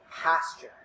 pasture